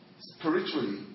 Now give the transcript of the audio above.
spiritually